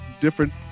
different